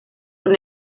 und